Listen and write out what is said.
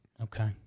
Okay